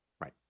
Right